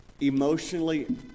emotionally